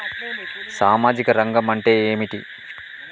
సామాజిక రంగం అంటే ఏమిటి?